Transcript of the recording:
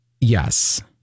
Yes